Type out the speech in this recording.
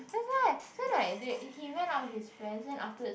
that's why so like they he went out with his friends then afterwards